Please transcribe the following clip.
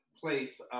place